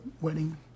wedding